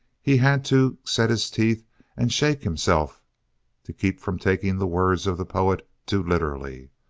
he had to set his teeth and shake himself to keep from taking the words of the poet too literally.